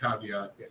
caveat